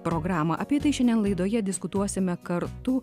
programą apie tai šiandien laidoje diskutuosime kartu